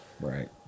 Right